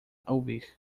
ouvir